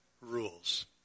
rules